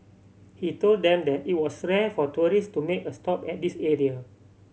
he told them that it was rare for tourist to make a stop at this area